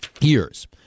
years